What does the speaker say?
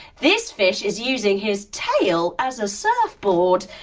this fish is using his tail as a surfboard.